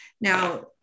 Now